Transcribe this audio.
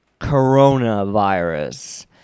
coronavirus